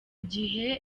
gihe